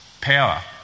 power